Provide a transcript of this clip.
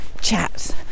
chats